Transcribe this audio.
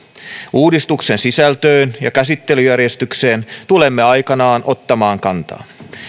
uudistuksen sisältöön ja käsittelyjärjestykseen tulemme aikanaan ottamaan kantaa